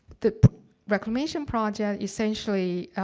the the commission project, essentially,